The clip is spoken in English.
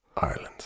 Ireland